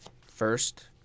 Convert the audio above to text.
first